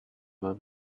month